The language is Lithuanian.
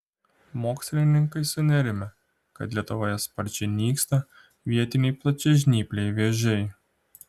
mokslininkai sunerimę kad lietuvoje sparčiai nyksta vietiniai plačiažnypliai vėžiai